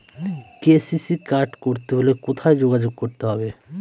KCC card করতে হলে কোথায় যোগাযোগ করতে হবে?